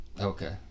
Okay